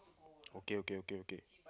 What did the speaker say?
okay okay okay okay